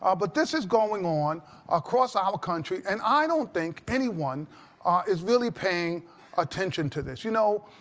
ah but this is going on across our country, and i don't think anyone is really paying attention to this. you know,